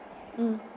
mm